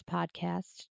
Podcast